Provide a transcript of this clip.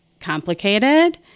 complicated